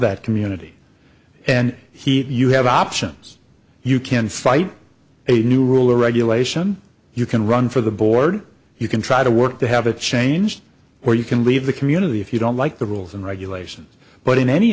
that community and he you have options you can fight a new rule or regulation you can run for the board you can try to work to have a change where you can leave the community if you don't like the rules and regulations but in any